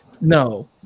no